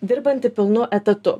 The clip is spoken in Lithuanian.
dirbanti pilnu etatu